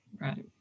Right